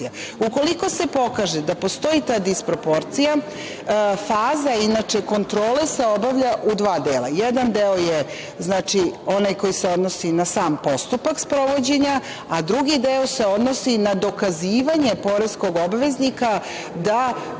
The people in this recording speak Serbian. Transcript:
se pokaže da postoji ta disproporcija faza kontrole se obavlja u dva dela. Jedan deo je onaj koji se odnosi na sam postupak sprovođenja. Drugi deo se odnosi na dokazivanje poreskog obaveznika da